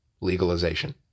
legalization